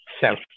self